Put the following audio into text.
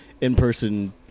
in-person